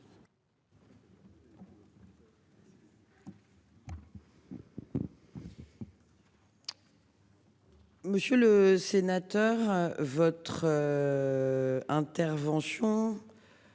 Monsieur le sénateur, votre. Intervention.